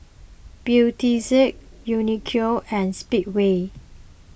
Beautex Uniqlo and Speedway